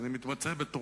כל זה מתוך חוסר